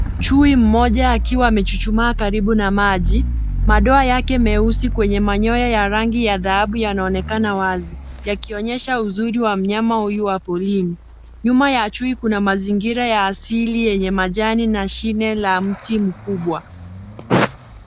Chui mmoja akiwa amechuchumaa karibu na maji, madoa yake meusi kwenye manyoyavya rangi ya dhahabu yanaonekana wazi ,yakionyesha uzuri wa mnyama huyu wa porini. Nyuma ya chui kuna mazingira ya asili yenye majani na shine la mti mkubwa.